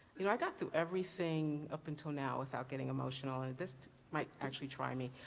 you know, i got through everything up until now without getting emotional. and this might actually try me.